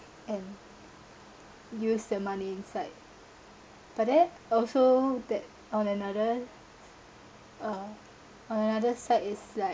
and use the money inside but that also that on another uh on another side is like